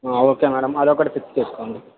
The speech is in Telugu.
ఓకే మ్యాడమ్ అది ఒకటి ఫిక్స్ చేసుకోండి